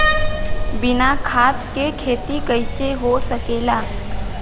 बिना खाद के खेती कइसे हो सकेला?